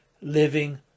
living